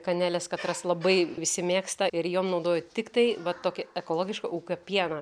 kanelės katras labai visi mėgsta ir jom naudoju tiktai va tokį ekologiško ūkio pieną